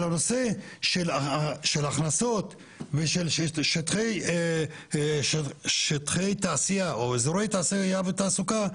על הנושא של הכנסות ושל שטחי תעשייה או אזורי תעשייה לתעסוקה.